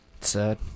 sad